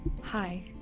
Hi